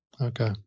Okay